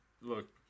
look